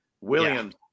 Williams